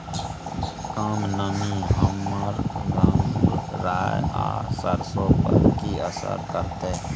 कम नमी हमर गंगराय आ सरसो पर की असर करतै?